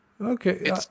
Okay